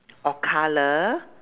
or colour